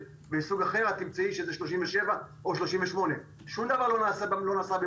מסוג אחר את תמצאי שזה 37 או 38. שום דבר לא נעשה במכוון.